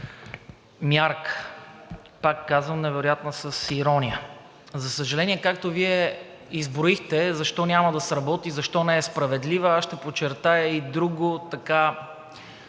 мярка. Пак казвам невероятна с ирония. За съжаление, както Вие изброихте защо няма да сработи, защо не е справедлива, аз ще подчертая и друго